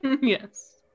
yes